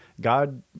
God